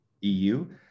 EU